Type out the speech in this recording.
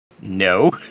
No